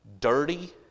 dirty